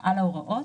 ההוראות.